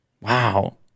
Wow